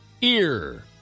ear